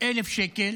300,000 שקל.